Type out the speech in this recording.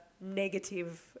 negative